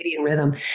rhythm